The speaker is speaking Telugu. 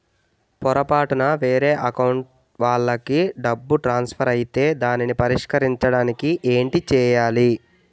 పొరపాటున వేరే అకౌంట్ వాలికి డబ్బు ట్రాన్సఫర్ ఐతే దానిని పరిష్కరించడానికి ఏంటి చేయాలి?